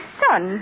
son